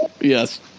Yes